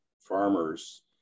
farmers